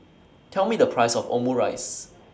Tell Me The Price of Omurice